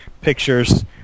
pictures